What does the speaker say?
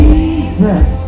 Jesus